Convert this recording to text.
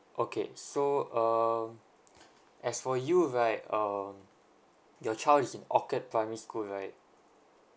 okay so um as for you right um your child is in orchid primary school right